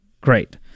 great